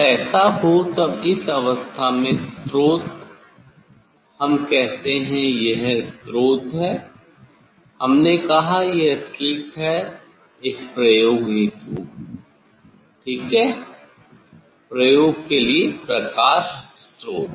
जब ऐसा हो तब इस अवस्था में स्रोत हम कहते हैं यह स्रोत हैं हमने कहा यह स्लिट है इस प्रयोग हेतु ठीक है प्रयोग के लिए प्रकाश स्रोत